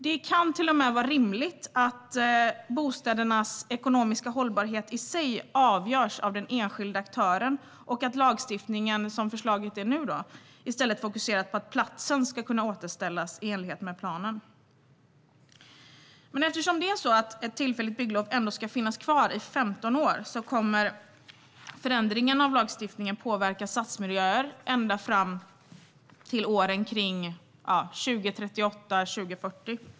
Det kan till och med vara rimligt att bostädernas ekonomiska hållbarhet i sig avgörs av den enskilde aktören och att lagstiftningen, som förslaget är nu, i stället fokuserar på att platsen ska kunna återställas i enlighet med planen. Eftersom det tillfälliga bygglovet ändå ska finnas kvar i 15 år kommer förändringarna av lagstiftningen att påverka stadsmiljöer ända fram till åren kring 2040.